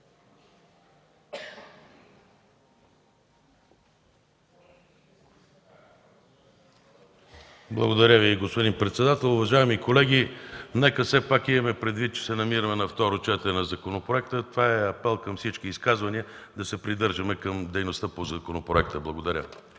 Благодаря Ви, господин председател. Уважаеми колеги, нека все пак имаме предвид, че се намираме на второ четене на законопроекта. Това е апел към всички изказвания – да се придържаме към дейността по законопроекта. Благодаря.